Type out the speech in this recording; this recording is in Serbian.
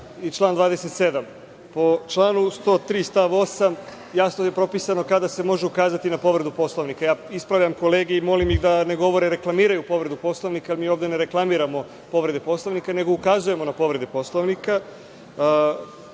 i član 27.Po članu 103. stav 8. jasno je propisano kada se može ukazati na povredu Poslovnika. Ispravljam kolege i molim ih da ne govore da reklamiraju povredu Poslovnika, jer mi ovde ne reklamiramo povrede Poslovnika, nego ukazujemo na povrede Poslovnika. Nekoliko